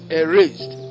erased